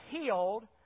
healed